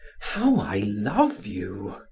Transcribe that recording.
how i love you!